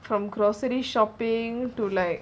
from grocery shopping to like